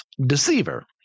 deceiver